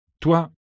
Toi